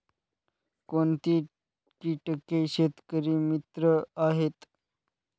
कोणती किटके शेतकरी मित्र आहेत?